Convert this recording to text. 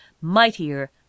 mightier